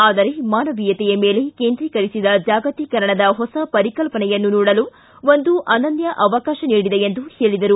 ಆದರೆ ಮಾನವೀಯತೆಯ ಮೇಲೆ ಕೇಂದ್ರಿಕರಿಸಿದ ಜಾಗತಿಕರಣದ ಹೊಸ ಪರಿಕಲ್ಪನೆಯನ್ನು ನೋಡಲು ಒಂದು ಅನನ್ಯ ಅವಕಾಶವನ್ನು ನೀಡಿದೆ ಎಂದು ಹೇಳಿದರು